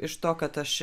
iš to kad aš